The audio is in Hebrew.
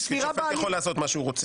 השופט יכול לעשות מה שהוא רוצה.